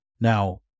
now